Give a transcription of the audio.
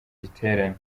giterane